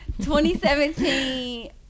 2017